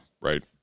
right